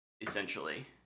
essentially